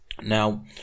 now